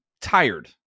tired